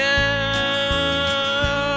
now